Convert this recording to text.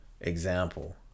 example